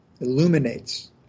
illuminates